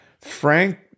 frank